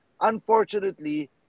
Unfortunately